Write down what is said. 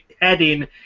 heading